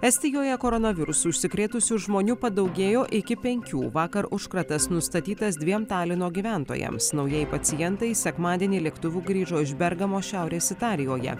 estijoje koronavirusu užsikrėtusių žmonių padaugėjo iki penkių vakar užkratas nustatytas dviem talino gyventojams naujai pacientai sekmadienį lėktuvu grįžo iš bergamo šiaurės italijoje